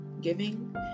giving